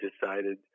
decided